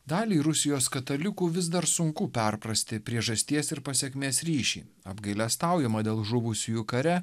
daliai rusijos katalikų vis dar sunku perprasti priežasties ir pasekmės ryšį apgailestaujama dėl žuvusiųjų kare